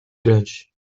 grande